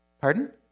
Pardon